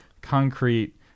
concrete